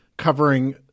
Covering